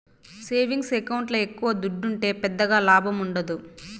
savings ఎకౌంట్ల ఎక్కవ దుడ్డుంటే పెద్దగా లాభముండదు